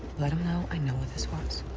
let him know i know what this was